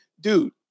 Dude